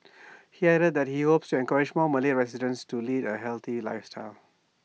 he added that he hopes to encourage more Malay residents to lead A healthy lifestyle